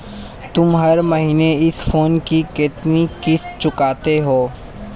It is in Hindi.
तुम हर महीने इस फोन की कितनी किश्त चुकाते हो?